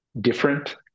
different